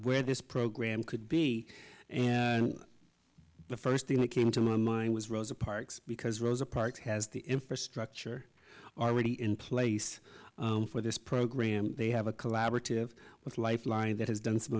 where this program could be and the first thing that came to mind was rosa parks because rosa parks has the infrastructure already in place for this program they have a collaborative with life line that has done some